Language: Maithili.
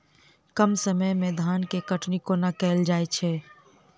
कम समय मे धान केँ कटनी कोना कैल जाय छै?